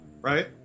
right